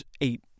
eight